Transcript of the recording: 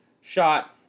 shot